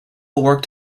worked